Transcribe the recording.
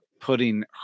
putting